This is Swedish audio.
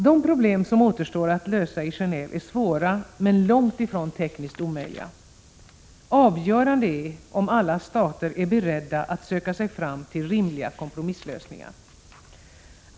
De problem som återstår att lösa i Genåve är svåra, men långt ifrån tekniskt omöjliga. Avgörande är om alla stater är beredda att söka sig fram till rimliga kompromisslösningar.